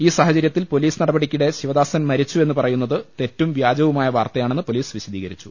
ഈ സാഹചര്യത്തിൽ പൊലീസ് നടപടിക്കിടെ ശിവദാ സൻ മരിച്ചുവെന്ന് പറയുന്നത് തെറ്റും വ്യാജവുമായ വാർത്ത യാണെന്ന് പൊലീസ് വിശദീകരിച്ചു